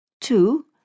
Two